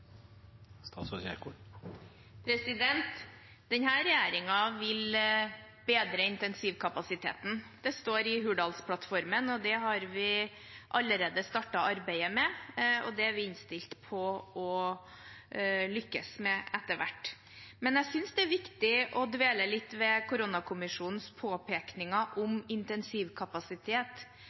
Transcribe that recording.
vil bedre intensivkapasiteten. Det står i Hurdalsplattformen, og det har vi allerede startet arbeidet med – det er vi innstilt på å lykkes med etter hvert. Jeg synes det er viktig å dvele litt ved koronakommisjonens påpekninger om intensivkapasitet.